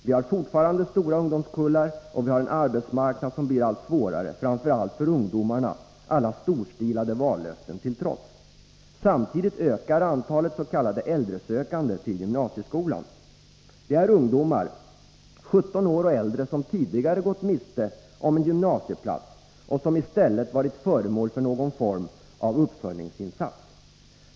Vi har fortfarande stora ungdomskullar, och vi har en arbetsmarknad som blir allt svårare, framför allt för ungdomarna, alla storstilade vallöften till trots. Samtidigt ökar antalet s.k. äldresökande till gymnasieskolan. Det är ungdomar, 17 år och äldre, som tidigare gått miste om en gymnasieplats och som i stället varit föremål för någon form av uppföljningsinsats.